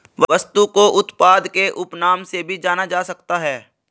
वस्तु को उत्पाद के उपनाम से भी जाना जा सकता है